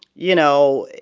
you know,